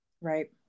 Right